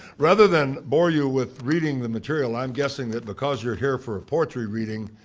rather than bore you with reading the material, i'm guessing that because you're here for a poetry reading,